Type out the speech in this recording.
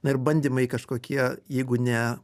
na ir bandymai kažkokie jeigu ne